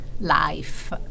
life